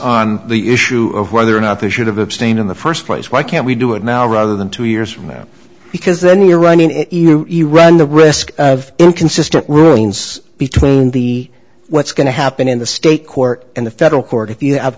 on the issue of whether or not they should have abstained in the first place why can't we do it now rather than two years from now because then you're running run the risk of inconsistent rulings between the what's going to happen in the state court in the federal court if you have